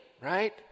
right